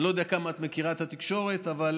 אני לא יודע כמה את מכירה את התקשורת, אבל